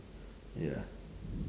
ya